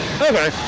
Okay